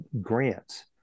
grants